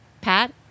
Pat